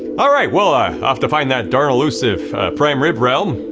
all right, well, ah off to find that darn elusive prime rib realm.